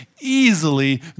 easily